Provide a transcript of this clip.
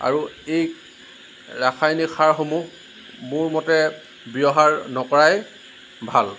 আৰু এই ৰাসায়নিক সাৰসমূহ মোৰ মতে ব্য়ৱহাৰ নকৰাই ভাল